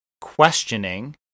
questioning